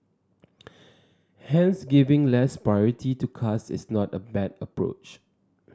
hence giving less priority to cars is not a bad approach